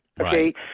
Okay